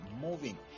moving